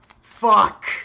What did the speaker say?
Fuck